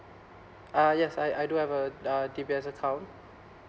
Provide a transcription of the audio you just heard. uh yes I I do have a uh D_B_S account